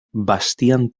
bastián